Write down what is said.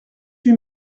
huit